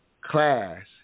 class